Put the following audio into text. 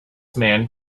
man